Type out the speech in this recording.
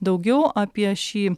daugiau apie šį